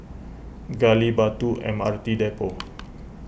Gali Batu M R T Depot